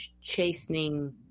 chastening